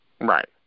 Right